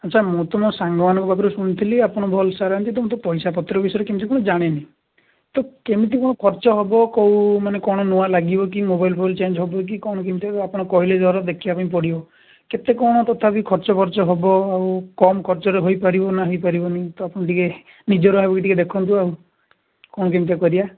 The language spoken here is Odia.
ଆଚ୍ଛା ମୁଁ ତ ମୋ ସାଙ୍ଗମାନଙ୍କ ପାଖରୁ ଶୁଣିଥିଲି ଆପଣ ଭଲ ସଜାଡ଼ନ୍ତି ତ ମୁଁ ତ ପଇସାପତ୍ର ବିଷୟରେ କେମିତି କ'ଣ ଜାଣିନି ତ କେମିତି କ'ଣ ଖର୍ଚ୍ଚ ହବ କେଉଁମାନେ କ'ଣ ନୂଆ ଲାଗିବ କି ମୋବିଲ୍ ଫୋବିଲ୍ ଚେଞ୍ଜ ହବ କି କ'ଣ କେମିତି ଆପଣ କହିଲେ ଧର ଦେଖିବା ପାଇଁ ପଡ଼ିବ ତ କେତେ କ'ଣ ତଥାପି ଖର୍ଚ୍ଚ ବାର୍ଚ୍ଚ ହବ ଆଉ କମ୍ ଖର୍ଚ୍ଚରେ ହେଇପାରିବ ନା ହେଇପାରିବନି ତାକୁ ଟିକିଏ ନିଜର ଭାବି ଟିକିଏ ଦେଖନ୍ତୁ ଆଉ କ'ଣ କେମିତିକା କରିବା